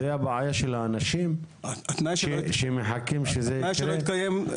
זאת בעיה של האנשים שמחכים שזה יקרה?